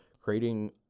creating